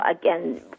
again